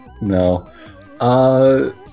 No